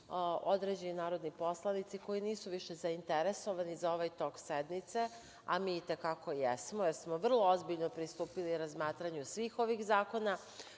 Određeni narodni poslanici nisu više zainteresovani za ovaj tok sednice, a mi i te kako je smo jer smo vrlo ozbiljno pristupili razmatranju svih ovih zakona.